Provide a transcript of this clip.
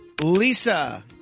Lisa